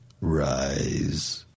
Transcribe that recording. Rise